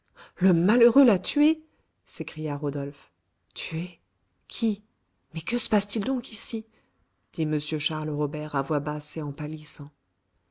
le malheureux l'a tuée s'écria rodolphe tuée qui mais que se passe-t-il donc ici dit m charles robert à voix basse et en